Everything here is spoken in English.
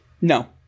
No